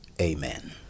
Amen